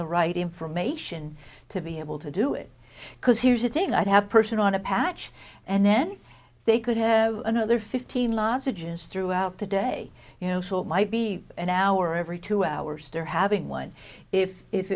the right information to be able to do it because here's a take i'd have person on a patch and then they could have another fifteen lodges throughout the day you know she might be an hour every two hours they're having one if if